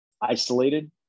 isolated